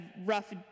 rough